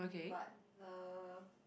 but uh